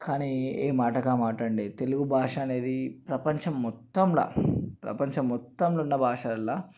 కానీ ఏమాటకామాట అండి తెలుగుభాష అనేది ప్రపంచం మొత్తంల ప్రపంచం మొత్తంలో ఉన్న భాషలల్లో